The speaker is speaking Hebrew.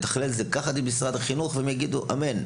לתכלל זה לקחת ממשרד החינוך והם יגידו: אמן.